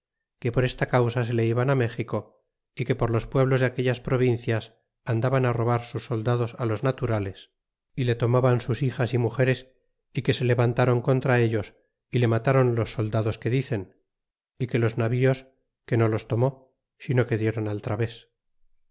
que por esta causa se le iban méxico y que por los pite blos de aquellas provincias andaban robar sus soldados los naturales y le tomaban sus hijas y mugeres y que se levantaron contra ellos y le matron los soldados que dicen y que los navíos que no los tomó sino que diéron al traves